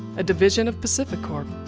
a division of pacificorp.